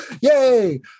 Yay